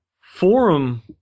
forum